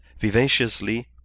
vivaciously